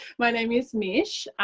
my name is mish.